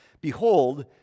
Behold